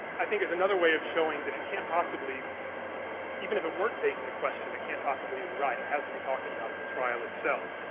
i think is another way of showing that it can't possibly even if it weren't begging the question, it can't possibly be right. it has to be talking about the trial itself,